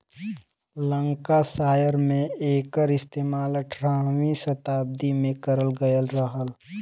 Lancashire में एकर इस्तेमाल अठारहवीं सताब्दी में करल गयल रहल